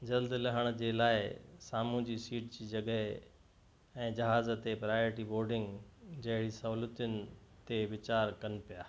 जल्दु लहण जे लाइ सामुहूं जी सीट जी जॻहि ऐं जहाज़ ते प्रायोटी बॉर्डींग जहिड़ी सहूलियतुनि ते वीचार कनि पिया